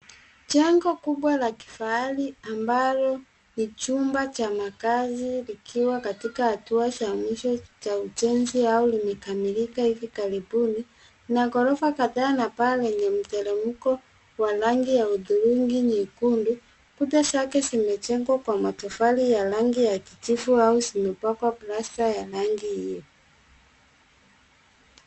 Jengo kubwa la kifahari amabalo ni jumba cha maakazi likiwa katika hatua za mwisho za ujenzi au limekamilika hivi karibuni ina ghorofa kadhaa na paa lenye mteremko wa rangi wa hudhurungi nyekundu. Kuta zake zimejengwa kwa matofali ya rangi ya kijivu au zimepwaka plasta ya rangi hio.